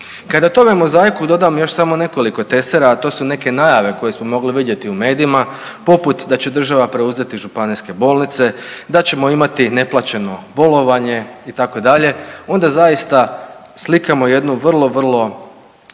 Kada tome mozaiku dodamo još samo nekoliko tesera, a to su neke najave koje smo mogli vidjeti u medijima poput da će država preuzeti županijske bolnice, da ćemo imati neplaćeno bolovanje itd. onda zaista slikamo jednu vrlo, vrlo